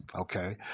Okay